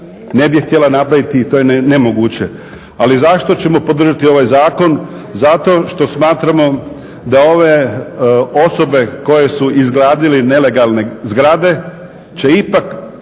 ne bi htjela napraviti i to je nemoguće. Ali zašto ćemo podržati ovaj zakon? Zato što smatramo da ove osobe koje su izgradile nelegalne zgrade će ipak